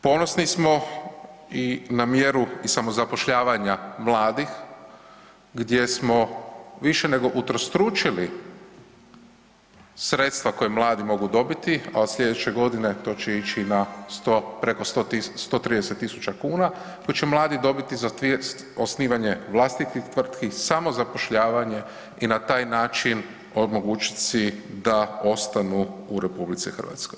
Ponosni smo i na mjeru i samozapošljavanja mladih gdje smo više nego utrostručili sredstva koja mladi mogu dobiti, a od slijedeće godine to će ići na 100, preko 130.000 kuna, tu će mladi dobiti za osnivanje vlastitih tvrtki, samozapošljavanje i na taj način omogućiti si da ostanu u RH.